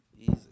Easy